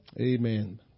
Amen